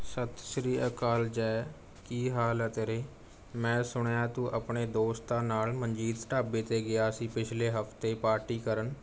ਸਤਿ ਸ਼੍ਰੀ ਅਕਾਲ ਜੈ ਕੀ ਹਾਲ ਹੈ ਤੇਰੇ ਮੈਂ ਸੁਣਿਆ ਤੂੰ ਆਪਣੇ ਦੋਸਤਾਂ ਨਾਲ ਮਨਜੀਤ ਢਾਬੇ 'ਤੇ ਗਿਆ ਸੀ ਪਿਛਲੇ ਹਫ਼ਤੇ ਪਾਰਟੀ ਕਰਨ